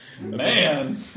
man